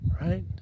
Right